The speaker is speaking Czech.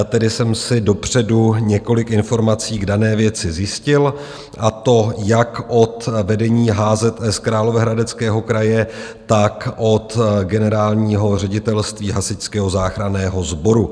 Tedy jsem si dopředu několik informací k dané věci zjistil, to jak od vedení HZS Královéhradeckého kraje, tak od generálního ředitelství Hasičského záchranného sboru.